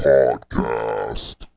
Podcast